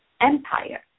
empire